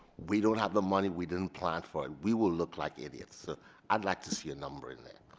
we don't have the money we didn't plan for it. we will look like idiots so ah i'd like to see a number in their.